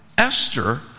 Esther